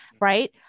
Right